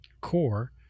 core